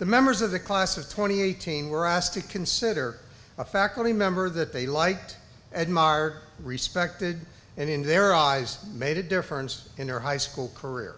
the members of the class of twenty eighteen were asked to consider a faculty member that they liked edmar respected and in their eyes made a difference in their high school career